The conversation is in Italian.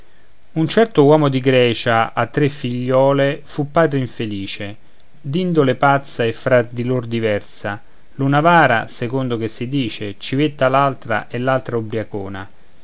un certo uomo di grecia a tre figliole fu padre infelice d'indole pazza e fra di lor diversa l'una avara secondo che si dice civetta l'altra e